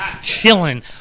chilling